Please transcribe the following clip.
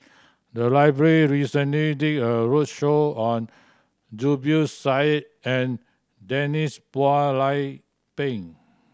the library recently did a roadshow on Zubir Said and Denise Phua Lay Peng